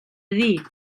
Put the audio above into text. dir